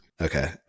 Okay